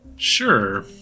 Sure